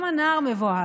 גם הנער מבוהל,